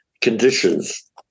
conditions